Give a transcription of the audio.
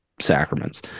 sacraments